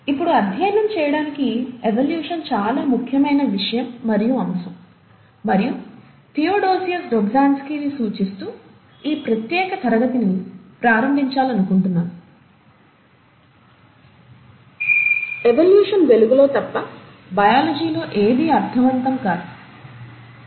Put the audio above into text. ఇప్పుడు అధ్యయనం చేయడానికి ఎవల్యూషన్ చాలా ముఖ్యమైన విషయం మరియు అంశం మరియు థియోడోసియస్ డోబ్జాన్స్కీని ని సూచిస్తూ ఈ ప్రత్యేక తరగతిని ప్రారంభించాలనుకుంటున్నాను "ఎవల్యూషన్ వెలుగులో తప్ప బయాలజీ లో ఏదీ అర్ధవంతం కాదు"